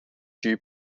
dew